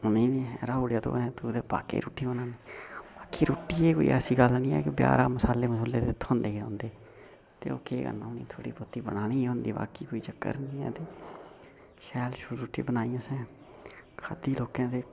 उ'नें ई बी हराई ओड़ेआ तो ते कुदै बाकई रुट्टी बनाना बाकी रुट्टियै दी कोई ऐसी गल्ल निं ऐ बजारा दा मसाले मसूले थ्होंदे गै ते ओह् केह् करना इ'त्थुं थोह्ड़ी बहोती बनानी गै होंदी ऐ बाकी कोई चक्कर निं ऐ ते शैल रुट्टी बनाई असें ते खाद्धी लोकें ते